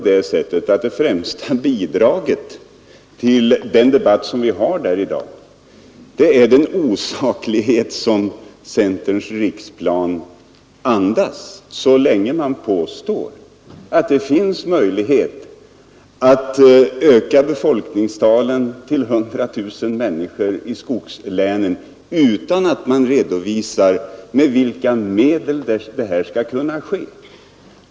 Det främsta bidraget till den debatt vi har i dag är den osaklighet som «Nr 113 centerns riksplan andas, så länge man påstår att det finns möjlighet att Torsdagen den öka befolkningstalet i skogslänen med 100 000 utan att man redovisar 9 november 1972 genom vilka medel det skall kunna ske.